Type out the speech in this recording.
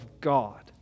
God